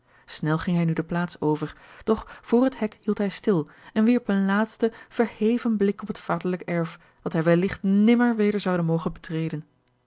snel ging hij nu de plaats over doch voor het hek hield hij stil en wierp een laatsten verheven blik op het vaderlijk erf dat hij welligt nimmer weder zou mogen betreden